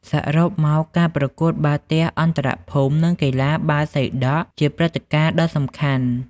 សរុបមក ការប្រកួតបាល់ទះអន្តរភូមិនិងកីឡាបាល់សីដក់ជាព្រឹត្តិការណ៍ដ៏សំខាន់។